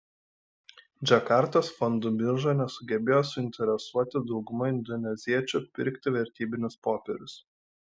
džakartos fondų birža nesugebėjo suinteresuoti daugumą indoneziečių pirkti vertybinius popierius